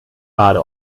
bade